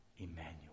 Emmanuel